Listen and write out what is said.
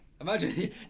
Imagine